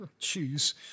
Jeez